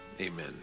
Amen